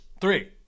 Three